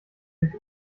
sich